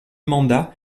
mandat